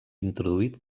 introduït